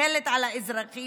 שמסתכלת על האזרחים